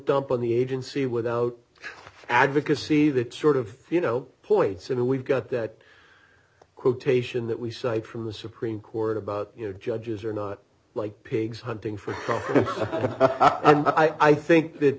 dump on the agency without advocacy that sort of you know points and we've got that quotation that we cite from the supreme court about you know judges are not like pigs hunting for profit i'm think that